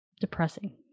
depressing